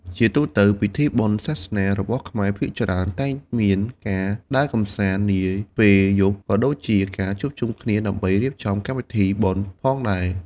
ជាទូទៅ ពិធីបុណ្យសាសនារបស់ខ្មែរភាគច្រើនតែងមានការដើរកម្សាន្តនាពេលយប់ ក៏ដូចជាការជួបជុំគ្នាដើម្បីរៀបចំកម្មវិធីបុណ្យផងដែរ។